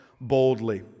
boldly